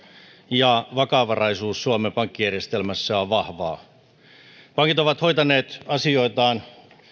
ja vakavaraisuus suomen pankkijärjestelmässä on vahvaa pankit ovat hoitaneet asioitaan